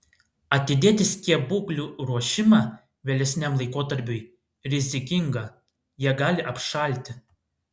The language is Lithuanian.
atidėti skiepūglių ruošimą vėlesniam laikotarpiui rizikinga jie gali apšalti